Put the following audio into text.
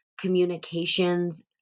communications